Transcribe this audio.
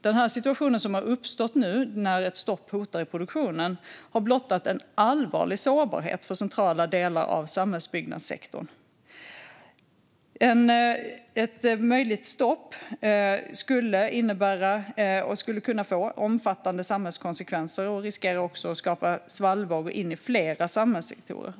Den situation som har uppstått och det stopp som hotar produktionen har blottat en allvarlig sårbarhet i centrala delar av samhällsbyggnadssektorn. Ett möjligt stopp skulle kunna få omfattande samhällskonsekvenser och riskera att skapa svallvågor in i flera samhällssektorer.